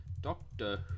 Doctor